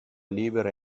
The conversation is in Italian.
libera